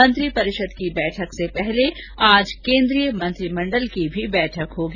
मंत्रिपरिषद की बैठक से पहले आज केन्द्रीय मंत्रिमंडल की भी बैठक होगी